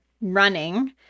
running